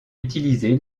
utilisé